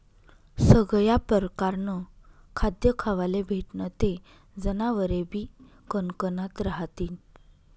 सगया परकारनं खाद्य खावाले भेटनं ते जनावरेबी कनकनात रहातीन